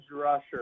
rusher